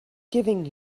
giving